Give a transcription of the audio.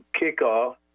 kickoff